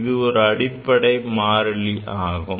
இது ஒரு அடிப்படை மாறிலி ஆகும்